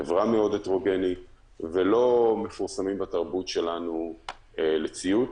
חברה מאוד הטרוגנית ולא מפורסמים בתרבות שלנו לציות,